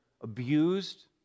abused